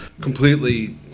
completely